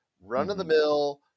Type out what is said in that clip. run-of-the-mill